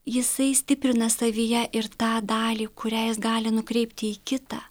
jisai stiprina savyje ir tą dalį kurią jis gali nukreipti į kitą